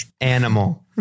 animal